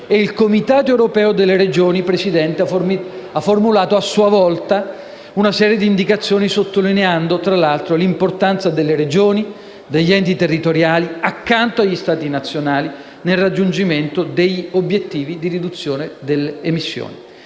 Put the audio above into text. il Comitato europeo delle Regioni, signor Presidente, ha formulato a sua volta una serie di indicazioni, sottolineando, tra l'altro, l'importanza delle Regioni e degli enti territoriali, accanto agli Stati nazionali, nel raggiungimento degli obiettivi di riduzione delle emissioni.